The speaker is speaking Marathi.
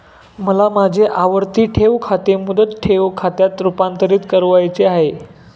मला माझे आवर्ती ठेव खाते मुदत ठेव खात्यात रुपांतरीत करावयाचे आहे